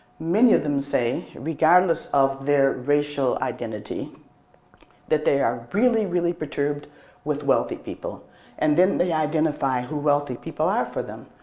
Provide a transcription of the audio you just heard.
many of them say, regardless of their racial identity that they are really, really perturbed with wealthy people and then they identify who wealthy people are for them,